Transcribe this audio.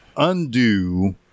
undo